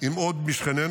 עם עוד משכנינו,